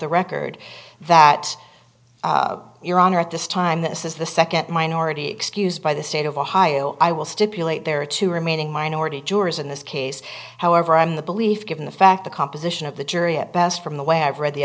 the record that your honor at this time this is the nd minority excused by the state of ohio i will stipulate there are two remaining minority jurors in this case however i'm the belief given the fact the composition of the jury at best from the way i've read